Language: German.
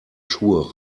schuhe